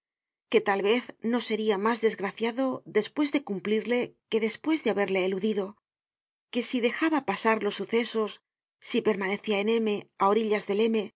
que tal vez no seria mas desgraciado despues de cumplirle que despues de haberle eludido que si dejaba pasar los sucesos si permanecia en m á orillas del